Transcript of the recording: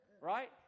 Right